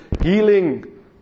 healing